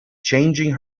changing